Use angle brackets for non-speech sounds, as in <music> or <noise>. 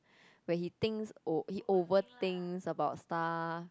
<breath> where he thinks o~ he overthinks about stuff